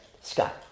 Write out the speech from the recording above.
Scott